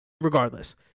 regardless